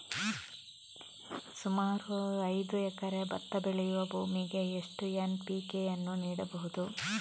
ಸುಮಾರು ಐದು ಎಕರೆ ಭತ್ತ ಬೆಳೆಯುವ ಭೂಮಿಗೆ ಎಷ್ಟು ಎನ್.ಪಿ.ಕೆ ಯನ್ನು ನೀಡಬಹುದು?